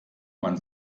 man